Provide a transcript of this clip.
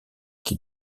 qui